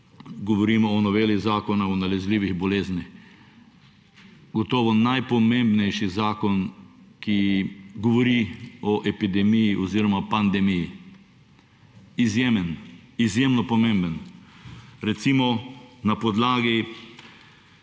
Govorimo o noveli Zakona o nalezljivih boleznih. Gotovo je najpomembnejši zakon, ki govori o epidemiji oziroma pandemiji. Izjemen, izjemno pomemben. Recimo, na podlagi